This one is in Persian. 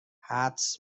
حدس